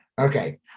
Okay